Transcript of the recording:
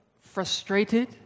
frustrated